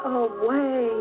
away